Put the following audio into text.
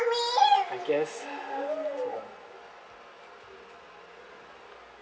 I guess hold on